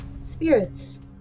spirits